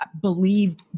believed